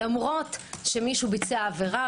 למרות שמישהו ביצע עבירה,